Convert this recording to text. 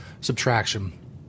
subtraction